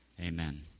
Amen